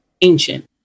ancient